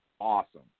awesome